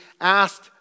asked